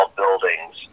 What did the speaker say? buildings